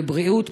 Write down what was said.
לבריאות,